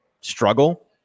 struggle